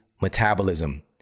metabolism